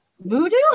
Voodoo